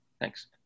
Thanks